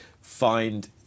find